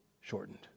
shortened